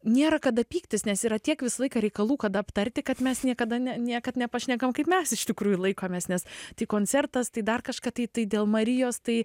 nėra kada pyktis nes yra tiek visą laiką reikalų kada aptarti kad mes niekada ne niekad nepašnekam kaip mes iš tikrųjų laikomės nes tai koncertas tai dar kažką tai tai dėl marijos tai